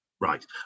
right